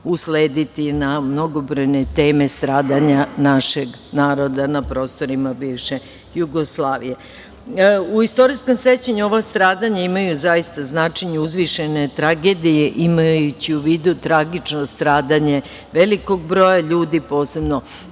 uslediti na mnogobrojne teme stradanja našeg naroda na prostorima bivše Jugoslavije. Istorijska sećanja na ova stradanja imaju zaista značenje uzvišene tragedije, imajući u vidu tragično stradanje velikog broja ljudi, posebno